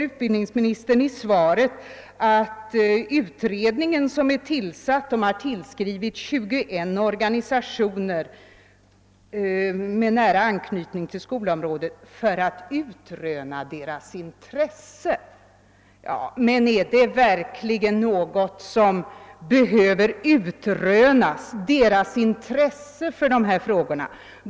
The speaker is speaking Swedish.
Utbildningsministern säger i svaret att den tillsatta utredningen har tillskrivit 21 organisationer med nära an knytning till skolområdet för att utröna deras intresse för medverkan. Men är verkligen »deras intresse för medverkan« i dessa frågor någonting som behöver utrönas?